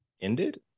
ended